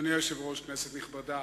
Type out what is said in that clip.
אדוני היושב-ראש, כנסת נכבדה,